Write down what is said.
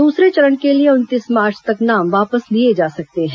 दूसरे चरण के लिए उनतीस मार्च तक नाम वापस लिए जा सकते हैं